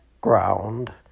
ground